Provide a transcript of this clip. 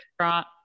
restaurant